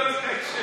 ההקשר.